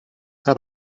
how